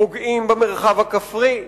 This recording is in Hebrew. פוגעים במרחב הכפרי.